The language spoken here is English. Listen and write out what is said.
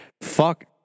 Fuck